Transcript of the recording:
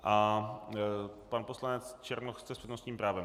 A pan poslanec Černoch chce s přednostním právem.